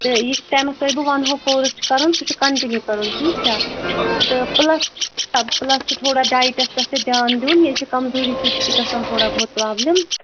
تہٕ یِس ٹایمَس تۄہہِ بہٕ وَنہو کورُس چھُ کَرُن سُہ چھُ کَنٹِنیوٗ کَرُن ٹھیٖک چھا تہٕ پٕلَس پٕلَس چھُ تھوڑا ڈایٹَس پٮ۪ٹھ تہِ دھیان دیُن یہ چھِ کمزوٗری سۭتۍ تہِ چھِ گژھان تھوڑا بہت پرٛابلِم